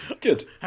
Good